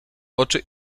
oczy